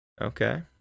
Okay